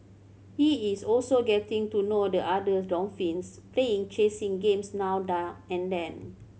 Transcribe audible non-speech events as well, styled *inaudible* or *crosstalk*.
he is also getting to know the others dolphins playing chasing games now *unintelligible* and then